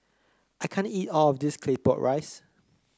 I can't eat all of this Claypot Rice